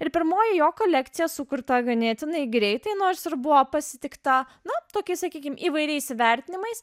ir pirmoji jo kolekcija sukurta ganėtinai greitai nors ir buvo pasitikta nu tokiais sakykim įvairiais įvertinimais